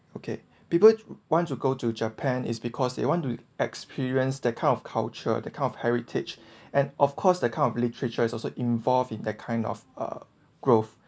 okay people want to go to japan is because they want to experience that kind of culture that kind of heritage and of course the kind of literature is also involved in that kind of uh growth